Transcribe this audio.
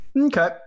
okay